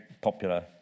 popular